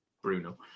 Bruno